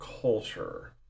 culture